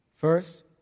First